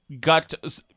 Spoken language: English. got